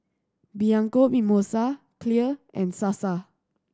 Bianco Mimosa Clear and Sasa